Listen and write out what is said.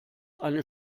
eine